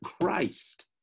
Christ